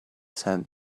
sand